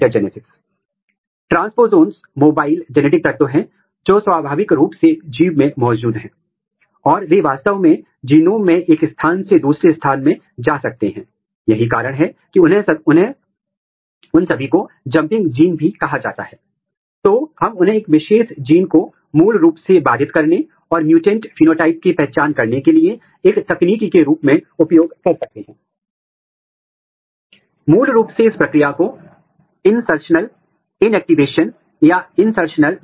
यह इसका विस्तृत संस्करण हो सकता है और आप स्पष्ट रूप से कह सकते हैं कि यह कोशिका सीमा है और कोशिका सीमा में पिन प्रोटीन बहुत विशेष रूप से स्थानीय या विषम रूप से कोशिका झिल्ली के एक तरफ स्थानीयकृत है लेकिन झिल्ली के इस भाग में प्रोटीन स्थानीयकरण बहुत छोटा है